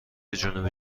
جنوبی